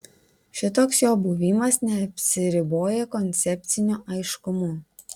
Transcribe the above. šitoks jo buvimas neapsiriboja koncepciniu aiškumu